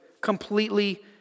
completely